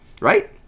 right